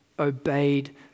Obeyed